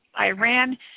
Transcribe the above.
Iran